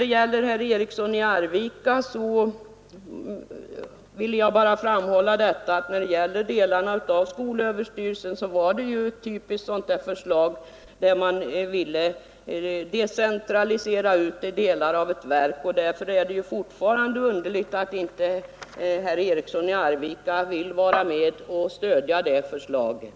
Till herr Eriksson i Arvika vill jag bara framhålla att när det gäller delarna av skolöverstyrelsen var det ett typiskt förslag till utdecentralisering av delar av ett verk. Därför är det fortfarande underligt att herr Eriksson i Arvika inte vill vara med och stödja det förslaget.